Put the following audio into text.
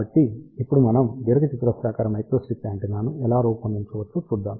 కాబట్టి ఇప్పుడు మనం దీర్ఘచతురస్రాకార మైక్రోస్ట్రిప్ యాంటెన్నాను ఎలా రూపొందించవచ్చో చూద్దాం